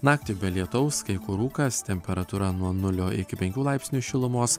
naktį be lietaus kai kur rūkas temperatūra nuo nulio iki penkių laipsnių šilumos